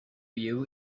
you